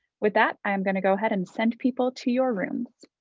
with that, i'm going to go ahead and send people to your room.